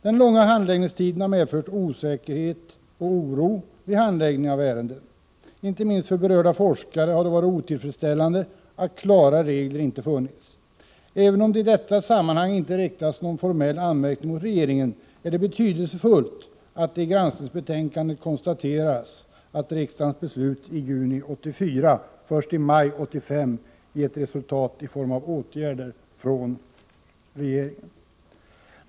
Den långa handläggningstiden har medfört oro och osäkerhet under handläggningen av olika ärenden. Inte minst för berörda forskare har det varit otillfredsställande att klara regler inte funnits. Även om det i detta sammanhang inte riktas någon formell anmärkning mot regeringen, är det betydelsefullt att det i granskningsbetänkandet konstateras att riksdagens beslut i juni 1984 först i maj 1985 gett resultat i form av åtgärder från regeringen.